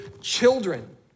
children